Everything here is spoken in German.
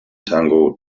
tango